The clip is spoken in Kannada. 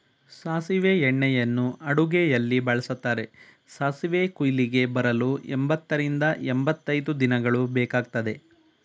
ಸಾಸಿವೆ ಎಣ್ಣೆಯನ್ನು ಅಡುಗೆಯಲ್ಲಿ ಬಳ್ಸತ್ತರೆ, ಸಾಸಿವೆ ಕುಯ್ಲಿಗೆ ಬರಲು ಎಂಬತ್ತರಿಂದ ಎಂಬತೈದು ದಿನಗಳು ಬೇಕಗ್ತದೆ